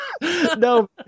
No